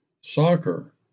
soccer